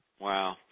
Wow